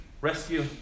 rescue